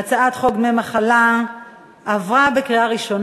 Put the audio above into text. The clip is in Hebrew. להעביר את הצעת חוק דמי מחלה (היעדרות בשל מחלת הורה)